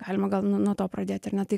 galima gal nuo to pradėt ar ne tai